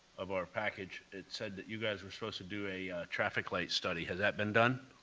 of our package, it said that you guys were supposed to do a traffic light study. has that been done.